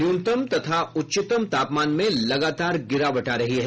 न्यूनतम तथा उच्चतम तापमान में लगातार गिरावट आ रही है